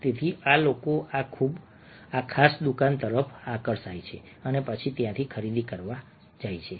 તેથી આ લોકો આ ખાસ દુકાન તરફ આકર્ષાયા અને પછી ત્યાંથી ખરીદી કરવા લાગ્યા